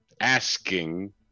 asking